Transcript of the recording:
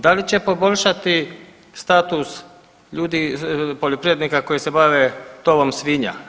Da li će poboljšati status ljudi poljoprivrednika koji se bave tovom svinja?